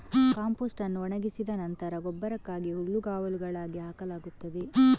compost ಅನ್ನು ಒಣಗಿಸಿ ನಂತರ ಗೊಬ್ಬರಕ್ಕಾಗಿ ಹುಲ್ಲುಗಾವಲುಗಳಿಗೆ ಹಾಕಲಾಗುತ್ತದೆ